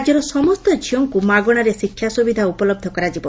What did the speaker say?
ରାଜ୍ୟର ସମସ୍ତ ଝିଅଙ୍କୁ ମାଗଶାରେ ଶିକ୍ଷା ସୁବିଧା ଉପଲହ କରାଯିବ